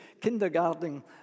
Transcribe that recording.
kindergarten